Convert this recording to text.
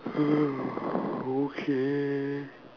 okay